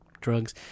drugs